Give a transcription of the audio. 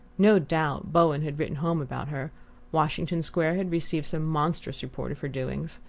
no doubt bowen had written home about her washington square had received some monstrous report of her doings.